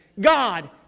God